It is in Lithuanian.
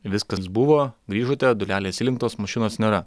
viskas buvo grįžote durelės įlenktos mašinos nėra